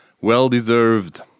well-deserved